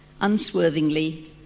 unswervingly